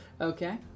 Okay